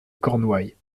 cornouailles